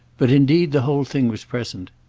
but indeed the whole thing was present.